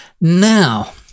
Now